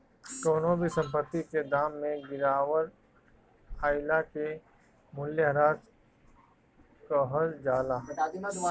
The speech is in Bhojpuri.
कवनो भी संपत्ति के दाम में गिरावट आइला के मूल्यह्रास कहल जाला